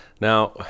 now